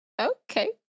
okay